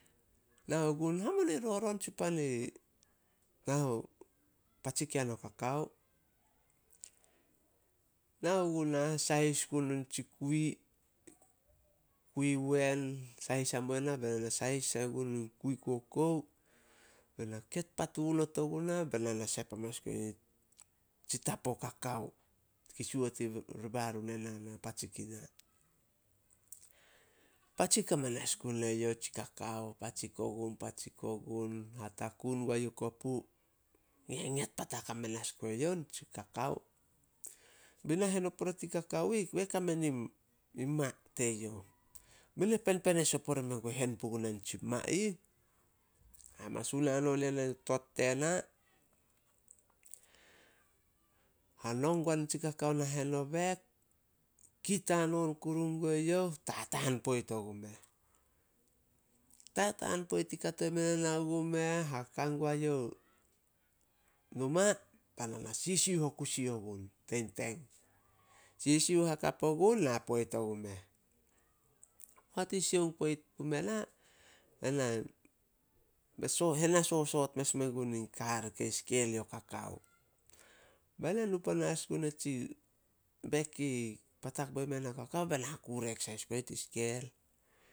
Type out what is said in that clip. Nao gun, hamonei roron tsi pan patsik yana o kakao, nao gunah, sahis gun nitsi kui- kui wen sahis hamuo i na be na na sahis sai gun in kui kokou. Be na ket patu not o gunah, be na na sep amanas tsitapo kakao ki suot ri barun ena na patsik i na. Patsik hamanas gun eyouh tsi kakao, patsik ogun- patsik ogun, hatakun guai youh kopu, ngenget patak hamanas gue youh nitsi kakao. Be nahen o pore tin kakao ih, be kame nin- in ma teyouh. Be na penpenes o pore men gun e hen puguna nitsi ma ih. Hamasun hanon yena o tot tena, hanong gua nitsi kakao nahen o bek, kit hanon kuru gue youh, tataan poit ogumeh. Tataan poit i kato i mena, nao gumeh, haka guae youh numa bae na na sisiuh o kusi ogun tein teng. Sisiuh hakap ogun, na poit ogumeh. Poat i sioung poit pume na, bae na henasosoot mes mengun in kar kei skel yo kakao. Be na nu panas gun atsi bek kei patak bo yana o kakao, be na hakurek sahis gue youh tin skel.